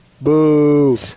Boo